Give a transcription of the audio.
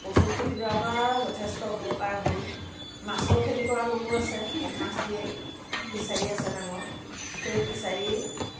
কচু খেতি ডৰাৰ পৰা যথেষ্ট উপকাৰ হ'ল মাছৰ খেতি কৰা লোকো আছে মাছ দিয়ে ফিছাৰি আছে ডাঙৰ সেই ফিছাৰি